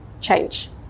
change